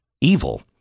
evil